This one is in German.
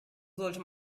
sollte